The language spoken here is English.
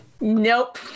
Nope